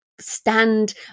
stand